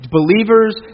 Believers